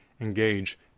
Engage